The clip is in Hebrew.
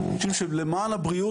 אנשים שלמען הבריאות,